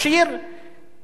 שוד קרקעות.